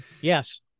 Yes